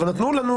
אבל נתנו לנו,